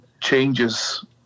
changes